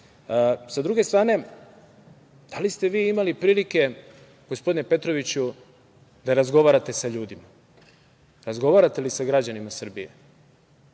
druge strane, da li ste vi imali prilike, gospodine Petroviću, da razgovarate sa ljudima? Razgovarate li sa građanima Srbije?